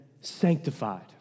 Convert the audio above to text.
sanctified